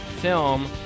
film